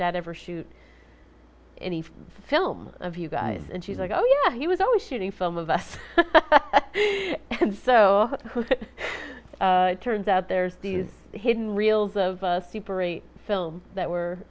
dad ever shoot any film of you guys and she's like oh yeah he was always shooting film of us and so it turns out there's these hidden reels of super eight films that were